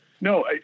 No